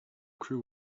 crew